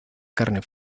carne